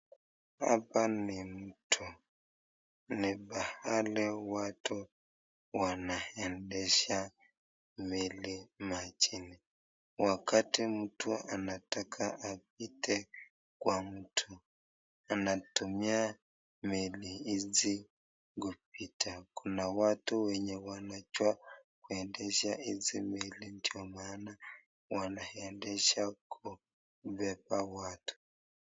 Hapa ni mtu, ni pahali watu wanaendesha meli majini, wakati mtu anataka kupita kwa mto anatumia meli hizi kupita, kuna watu wnajua kuendesha hizi meli ndio maana wanaendesha kubeba watu.